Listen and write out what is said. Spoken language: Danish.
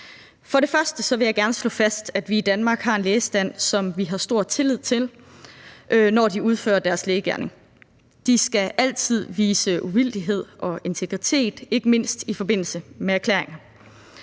form. Først vil jeg gerne slå fast, at vi i Danmark har en lægestand, som vi har stor tillid til, når de udfører deres lægegerning. De skal altid vise uvildighed og integritet, ikke mindst i forbindelse med erklæringer.